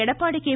Edappadi K